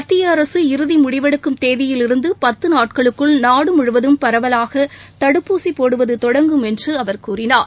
மத்திய அரசு இறதி முடிவெடுக்கும் தேதியிலிருந்து பத்து நாட்களுக்குள் நாடு முழுவதும் பரவலாக தடுப்பூசி போடுவது தொடங்கும் என்று அவர் கூறினார்